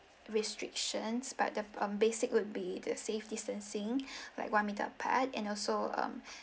restrictions but the um basic would be the safe distancing like one metre apart and also um